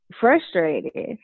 frustrated